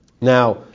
Now